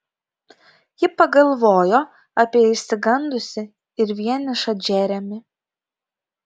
ji pagalvojo apie išsigandusį ir vienišą džeremį